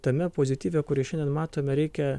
tame pozityve kurį šiandien matome reikia